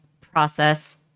process